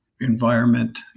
environment